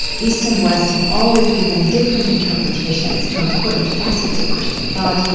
east and west have always given different interpretations to important facets of christian thought,